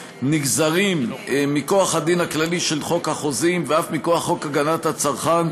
נגזרים מכוח הדין הכללי של חוק החוזים ואף מכוח חוק הגנת הצרכן,